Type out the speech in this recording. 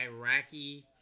Iraqi